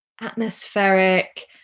atmospheric